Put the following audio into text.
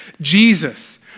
Jesus